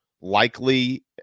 likely